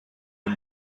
این